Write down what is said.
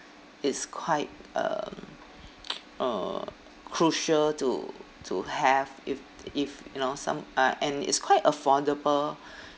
is quite um uh crucial to to have if if you know some uh and it's quite affordable